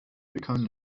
become